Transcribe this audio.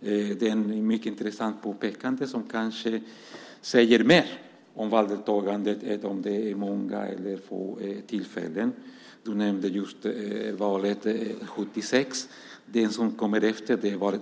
Det är ett mycket intressant påpekande som kanske säger mer om valdeltagandet än om det är många eller få tillfällen. Valet 1976 nämndes tidigare. Vid valet som kom efter, 1982, var